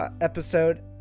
episode